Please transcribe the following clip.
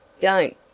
Don't